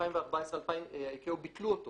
ב-2014 ה-ICAO ביטלו אותו